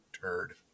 turd